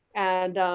and